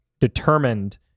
determined